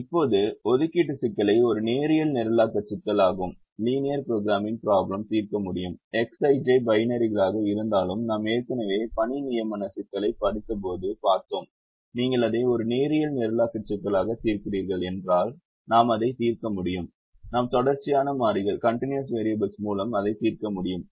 இப்போது ஒதுக்கீட்டு சிக்கலை ஒரு நேரியல் நிரலாக்க சிக்கலாகவும் தீர்க்க முடியும் Xij பைனரிகளாக இருந்தாலும் நாம் ஏற்கனவே பணி நியமன சிக்கலைப் படித்தபோது பார்த்தோம் நீங்கள் அதை ஒரு நேரியல் நிரலாக்க சிக்கலாக தீர்க்கிறீர்கள் என்றால் நாம் அதை தீர்க்க முடியும் நாம் தொடர்ச்சியான மாறிகள் மூலம் அதைத் தீர்க்க முடியும்